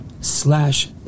slash